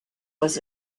was